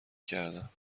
کردم